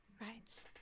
Right